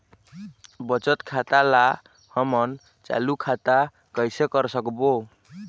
बचत खाता ला हमन चालू खाता कइसे कर सकबो?